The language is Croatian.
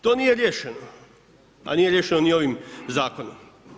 To nije riješeno, a nije riješeno ni ovim zakonom.